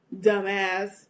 Dumbass